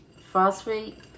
phosphate